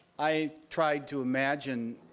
i tried to imagine